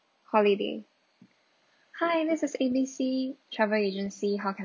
holiday hi this is A B C travel agency how can